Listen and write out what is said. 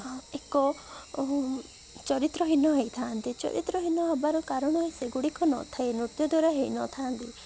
ଏକ ଚରିତ୍ରହୀନ ହେଇଥାନ୍ତି ଚରିତ୍ରହୀନ ହେବାର କାରଣ ସେଗୁଡ଼ିକ ନଥାଏ ନୃତ୍ୟ ଦ୍ୱାରା ହେଇନଥାନ୍ତି